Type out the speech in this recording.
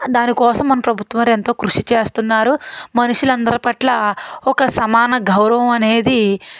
దానికోసం మన ప్రభుత్వాలు ఎంతో కృషి చేస్తున్నారు మనుషులు అందరి పట్ల ఒక సమాన గౌరవం అనేది